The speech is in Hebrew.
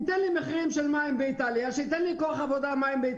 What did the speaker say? שייתן לי מחירים של מים כמו באיטליה,